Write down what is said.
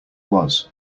was